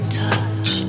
touch